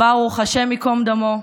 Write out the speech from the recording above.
השם ייקום דמו.